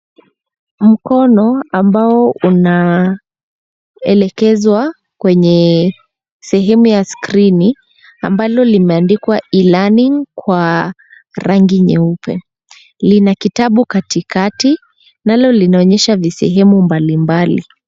Mkono ambao unaelekezwa kwenye sehemu ya skrini ambalo limeandikwa E-LEARNING kwa rangi nyeupe. Lina kitabu katikati, nalo linaonyesha ni sehemu mbalimbali.